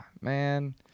man